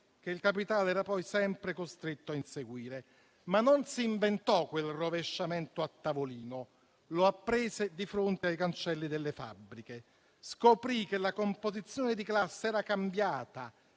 che il capitale era poi sempre costretto a inseguire; non si inventò quel rovesciamento a tavolino, ma lo apprese di fronte ai cancelli delle fabbriche. Scoprì che la composizione di classe era cambiata,